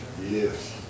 Yes